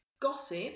Gossip